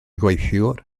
gweithiwr